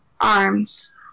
Arms